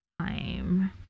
time